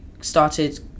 started